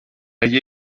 ella